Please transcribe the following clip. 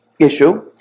issue